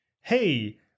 hey